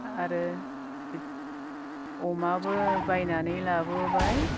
आरो अमाबो बायनानै लाबोबाय